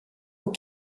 aux